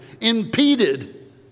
impeded